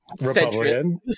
Republican